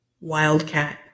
Wildcat